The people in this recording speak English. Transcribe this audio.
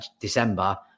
December